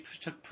took